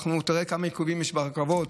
תראה כמה עיכובים יש ברכבות.